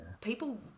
people